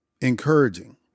encouraging